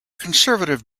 conservative